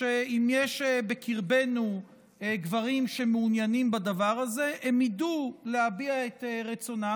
שאם יש בקרבנו גברים שמעוניינים בדבר הזה הם יידעו להביע את רצונם,